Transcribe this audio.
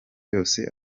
yose